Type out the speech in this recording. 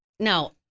No